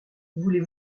voulez